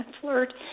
flirt